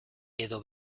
edo